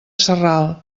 sarral